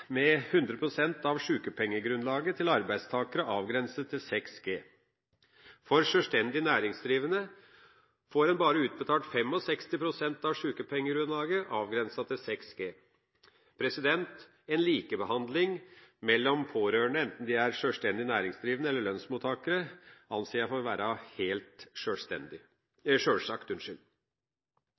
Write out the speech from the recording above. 100 pst. av sjukepengegrunnlaget til arbeidstakere, avgrenset til 6 G. Som sjølstendig næringsdrivende får en bare utbetalt 65 pst. av sjukepengegrunnlaget, avgrenset til 6 G. En likebehandling mellom pårørende, enten de er sjølstendig næringsdrivende eller lønnsmottakere, anser jeg som helt sjølsagt. Kaasa-utvalget foreslår opptil 50 pst. pleiepenger for